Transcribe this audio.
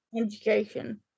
education